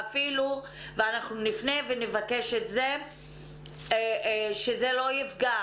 אנחנו נפנה ונבקש שזה לא יפגע